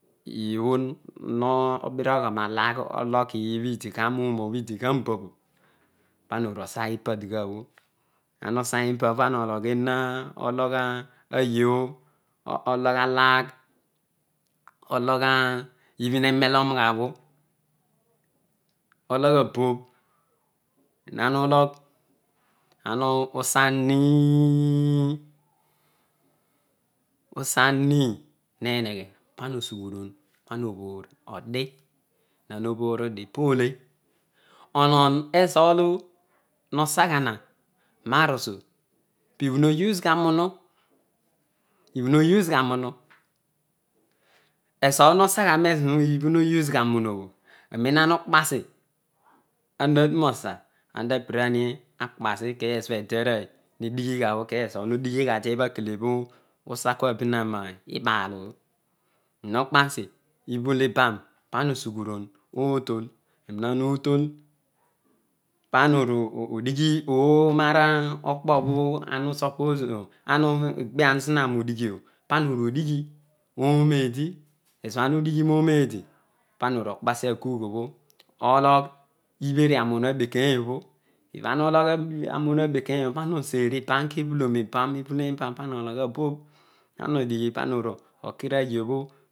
Iibho ho nrioghuha nalagh olo kita nuun obho pana one oba ipa bho dikua bho osani pabho pana ologh ena ologh ayo. ologh alagh. ologh ibi ne melon gha bho. oloabobh nanulogh uui makusu. pibha mo use gha mmu pibha mouse gha niunu ezo ho sagho mibho no usegha niuue obho anena nu kpasi ama tu nosa amtapirani akpasi kezo bho edearooy nedighi gha bho ezo bho nedighi gha tee bha kele usa kua behan obho ezo bo okpasi ibul iban pana osughuroon otol pana nue dighi oonedi eze bho ana udigh noonedi pana nuokpagi agugu obhe ohoyh iberi anuna abekeeih obho ibahu amumi abeka obho pana oseri iban kebuu loaw iban. ibhulon ibam pana ologh abobh. anu odighi kana oru okiru ayo bhol